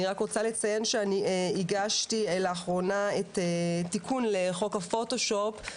אני רק רוצה לציין שאני הגשתי לאחרונה את תיקון לחוק הפוטושופ,